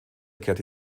kehrte